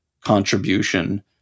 contribution